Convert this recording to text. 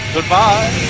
Goodbye